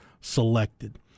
selected